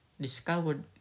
discovered